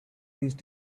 these